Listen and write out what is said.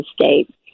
state